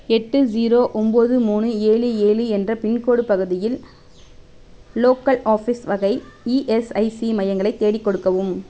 எட்டு ஸீரோ ஒன்போது மூணு ஏழு ஏழு என்ற பின்கோடு பகுதியில் லோக்கல் ஆஃபீஸ் வகை இஎஸ்ஐசி மையங்களைத் தேடிக் கொடுக்கவும்